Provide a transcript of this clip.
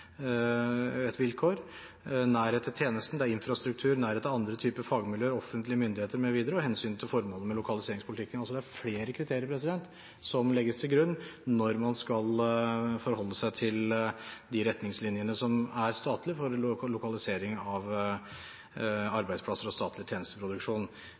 offentlige myndigheter mv., og hensynet til formålet med lokaliseringspolitikken. Flere kriterier legges til grunn når man skal forholde seg til statlige retningslinjer for lokalisering av arbeidsplasser og statlig tjenesteproduksjon.